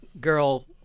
girl